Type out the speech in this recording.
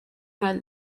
nka